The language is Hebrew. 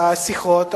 השיחות,